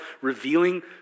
revealing